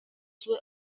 zły